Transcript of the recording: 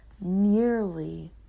nearly